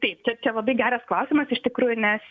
taip čia čia labai geras klausimas iš tikrųjų nes